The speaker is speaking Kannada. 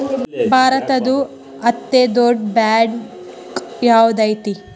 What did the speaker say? ಭಾರತದ್ದು ಅತೇ ದೊಡ್ಡ್ ಬ್ಯಾಂಕ್ ಯಾವ್ದದೈತಿ?